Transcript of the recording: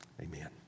Amen